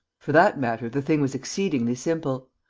for that matter, the thing was exceedingly simple.